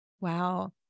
Wow